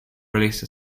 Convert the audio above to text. released